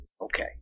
Okay